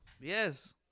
Yes